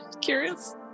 curious